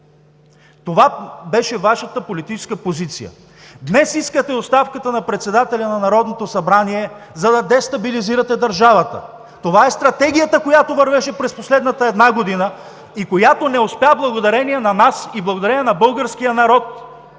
Това беше Вашата политическа позиция. Днес искате оставката на председателя на Народното събрание, за да дестабилизирате държавата. Това е стратегията, която вървеше през последната една година и която не успя благодарение на нас и благодарение на българския народ,